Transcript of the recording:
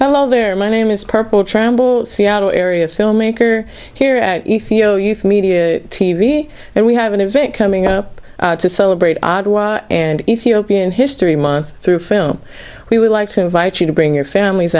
hello there my name is purple trample seattle area filmmaker here you know youth media t v and we have an event coming up to celebrate odwalla and ethiopian history month through film we would like to invite you to bring your famil